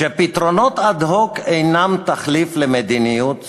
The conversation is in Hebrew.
שפתרונות אד-הוק אינם תחליף למדיניות סדורה.